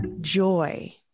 joy